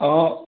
অঁ